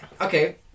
okay